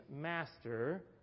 master